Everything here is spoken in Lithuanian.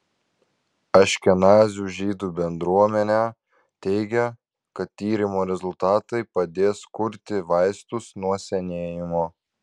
aškenazių žydų bendruomenę teigia kad tyrimo rezultatai padės kurti vaistus nuo senėjimo